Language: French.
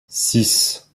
six